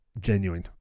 genuine